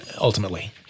ultimately